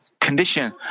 condition